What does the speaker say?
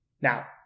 now